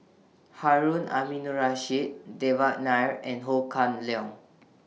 Harun Aminurrashid Devan Nair and Ho Kah Leong